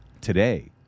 today